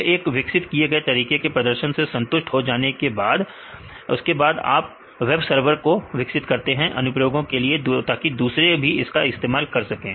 फिर एक विकसित किए गए तरीके के प्रदर्शन से संतुष्ट हो जाने पर आप अपना वेब सर्वर को विकसित करते हैं अनुप्रयोगों के लिए ताकि दूसरे भी इसका इस्तेमाल कर सकें